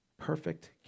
Perfect